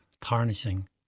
tarnishing